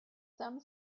some